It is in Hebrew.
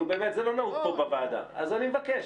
נו באמת, זה לא נהוג פה בוועדה אז אני מבקש.